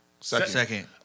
Second